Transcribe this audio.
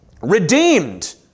Redeemed